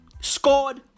scored